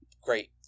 great